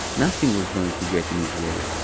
nothing was going to get in his way,